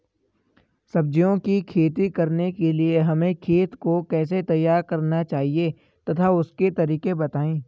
सब्जियों की खेती करने के लिए हमें खेत को कैसे तैयार करना चाहिए तथा उसके तरीके बताएं?